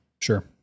Sure